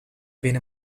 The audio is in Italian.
viene